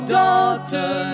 daughter